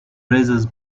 razors